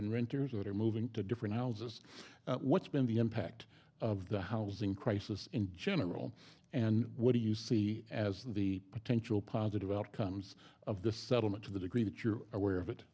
been renters are moving to different houses what's been the impact of the housing crisis in general and what do you see as the potential positive outcomes of this settlement to the degree that you're aware of it